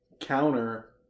counter